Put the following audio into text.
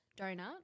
donut